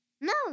No